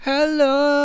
Hello